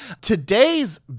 Today's